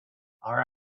are